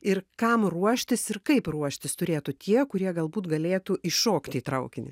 ir kam ruoštis ir kaip ruoštis turėtų tie kurie galbūt galėtų įšokt į traukinį